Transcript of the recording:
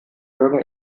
jürgen